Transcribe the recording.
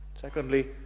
Secondly